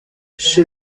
she